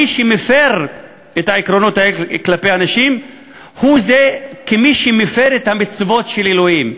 מי שמפר את העקרונות האלה כלפי הנשים הוא כמי שמפר את המצוות של אלוהים.